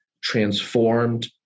transformed